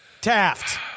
Taft